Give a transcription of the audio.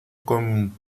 con